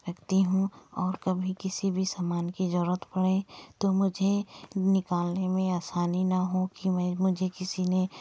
रखती हूँ और कभी किसी भी सामान की जरूरत पड़े तो मुझे निकालने में आसानी ना हो कि मुझे किसी ने